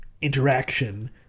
interaction